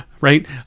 right